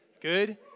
Good